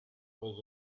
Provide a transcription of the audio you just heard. was